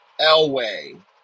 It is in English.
Elway